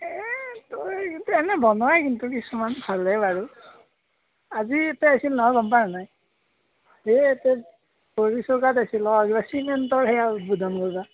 এই তই কিন্তু এনে বনোৱেই কিন্তু কিছুমান ভালে বাৰু আজি এতে আহিছিল নহয় গম পা হেনাই হে এতে আহিছিল অঁ কিবা চিমেণ্টৰ সেয়া উদ্বোধন কৰবা